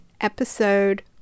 episode